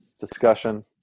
discussion